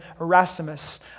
Erasmus